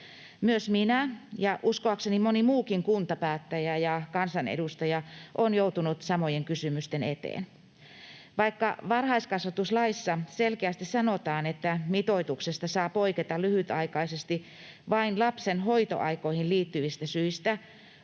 Myös minä ja uskoakseni moni muukin kuntapäättäjä ja kansanedustaja on joutunut samojen kysymysten eteen. Vaikka varhaiskasvatuslaissa selkeästi sanotaan, että mitoituksesta saa poiketa lyhytaikaisesti vain lapsen hoitoaikoihin liittyvistä syistä,